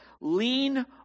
Lean